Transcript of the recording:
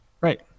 right